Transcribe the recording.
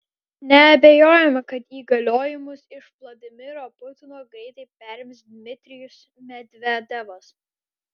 neabejojama kad įgaliojimus iš vladimiro putino greitai perims dmitrijus medvedevas